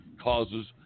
causes